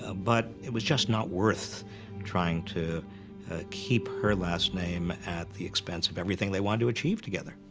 ah but it was just not worth trying to keep her last name at the expense of everything they wanted to achieve together.